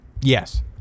Yes